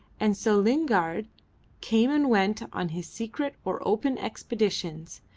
and so lingard came and went on his secret or open expeditions,